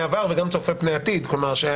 הזה.